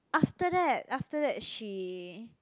after that after that she